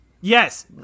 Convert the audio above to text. Yes